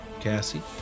Cassie